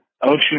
Ocean